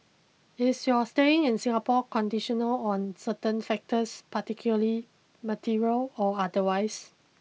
is your staying in Singapore conditional on certain factors particularly material or otherwise